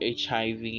HIV